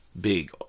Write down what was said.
big